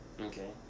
Okay